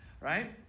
Right